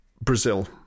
brazil